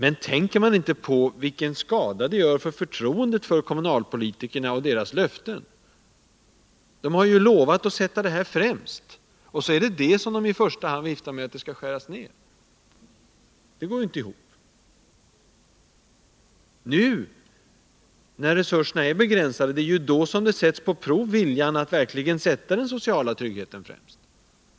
Men tänker man inte på vilken skada man gör på förtroendet för kommunalpolitikerna och deras löften. De har ju lovat att sätta detta främst, och ändå är det detta som i första hand skall skäras ned. Det går inte ihop. Nu när resurserna är begränsade, prövas verkligen viljan att sätta den sociala tryggheten främst.